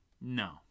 No